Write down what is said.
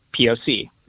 poc